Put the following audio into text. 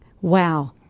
Wow